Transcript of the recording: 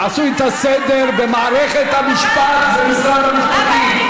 תעשו את הסדר במערכת המשפט ובמשרד המשפטים.